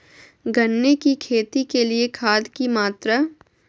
गन्ने की खेती के लिए खाद की मात्रा?